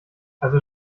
also